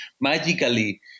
magically